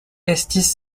estis